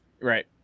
Right